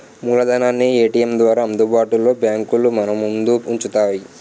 మూలధనాన్ని ఏటీఎం ద్వారా అందుబాటులో బ్యాంకులు మనముందు ఉంచుతాయి